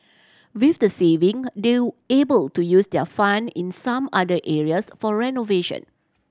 with the saving they're able to use their fund in some other areas for renovation